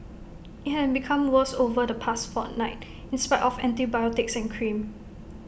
IT had become worse over the past fortnight in spite of antibiotics and cream